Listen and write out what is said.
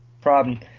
Problem